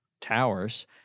towers